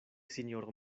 sinjoro